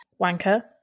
Wanker